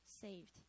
saved